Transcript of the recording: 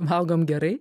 valgom gerai